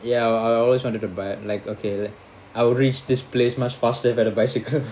ya I always wanted to buy like okay I'll reach this place much faster with a bicycle